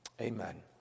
Amen